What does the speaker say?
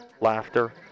laughter